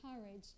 courage